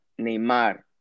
Neymar